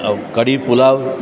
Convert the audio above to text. કઢી pulao